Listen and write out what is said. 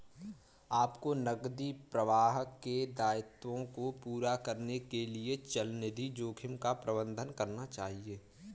आपको नकदी प्रवाह के दायित्वों को पूरा करने के लिए चलनिधि जोखिम का प्रबंधन करना चाहिए